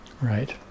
Right